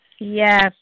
Yes